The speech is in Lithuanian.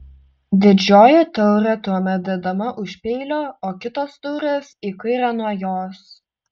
didžioji taurė tuomet dedama už peilio o kitos taurės į kairę nuo jos